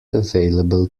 available